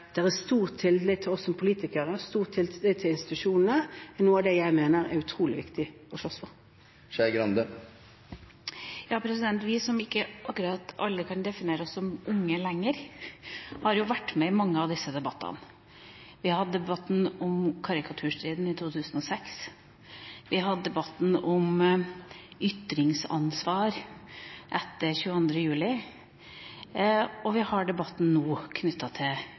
er stor tillit til oss som politikere og stor tillit til institusjonene, er noe av det jeg mener er utrolig viktig å slåss for. Vi som ikke akkurat kan definere oss som «unge» lenger, har jo vært med i mange av disse debattene. Vi hadde debatten om karikaturstriden i 2006, vi hadde debatten om ytringsansvar etter 22. juli, og vi har debatten nå knyttet til